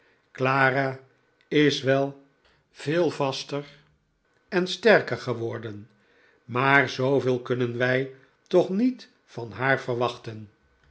clara is wel veel vaster en sterker geworden maar zooveel kunnen wij toch niet van haar verwachten